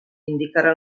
indicarà